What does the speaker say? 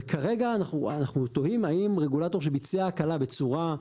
וכרגע אנחנו תוהים האם רגולטור שביצע הקלה בצורה,